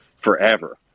forever